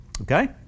Okay